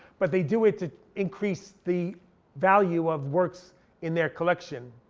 but they do it to increase the value of works in their collection,